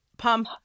pump